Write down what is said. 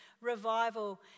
revival